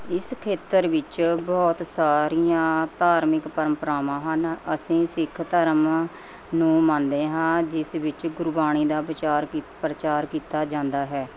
ਇਸ ਖੇਤਰ ਵਿੱਚ ਬਹੁਤ ਸਾਰੀਆਂ ਧਾਰਮਿਕ ਪਰੰਪਰਾਵਾਂ ਹਨ ਅਸੀਂ ਸਿੱਖ ਧਰਮ ਨੂੰ ਮੰਨਦੇ ਹਾਂ ਜਿਸ ਵਿੱਚ ਗੁਰਬਾਣੀ ਦਾ ਵਿਚਾਰ ਕੀ ਪ੍ਰਚਾਰ ਕੀਤਾ ਜਾਂਦਾ ਹੈ